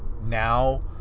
now